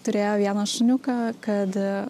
turėjo vieną šuniuką kad